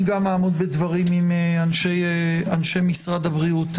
אני גם אעמוד בדברים עם אנשי משרד הבריאות.